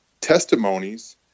testimonies